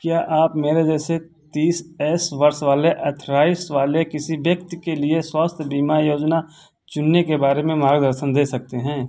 क्या आप मेरे जैसे तीस एस वर्ष वाले अथराइस वाले किसी व्यक्ति के लिए स्वास्थ्य बीमा योजना चुनने के बारे में मार्गदर्शन दे सकते हैं